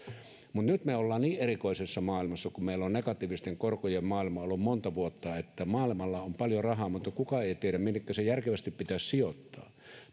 mutta nyt me olemme niin erikoisessa maailmassa kun meillä on negatiivisten korkojen maailma ollut monta vuotta että maailmalla on paljon rahaa mutta kukaan ei tiedä minnekä se järkevästi pitäisi sijoittaa